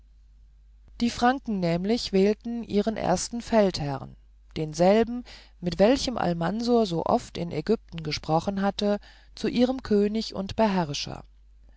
die franken nämlich wählten ihren ersten feldherrn denselben mit welchem almansor so oft in ägypten gesprochen hatte zu ihrem könig und beherrscher